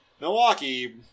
Milwaukee